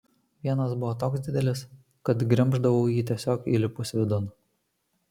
vienas buvo toks didelis kad gremždavau jį tiesiog įlipusi vidun